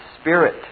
spirit